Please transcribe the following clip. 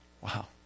Wow